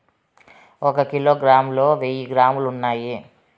ఒక కిలోగ్రామ్ లో వెయ్యి గ్రాములు ఉన్నాయి